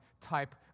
type